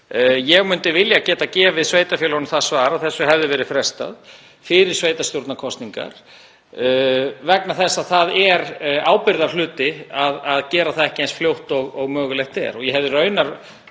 Ég myndi vilja geta gefið sveitarfélögunum það svar að þessu hefði verið frestað fyrir sveitarstjórnarkosningar vegna þess að það er ábyrgðarhlutur að gera það ekki eins fljótt og mögulegt er. Ég hefði raunar